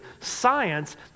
science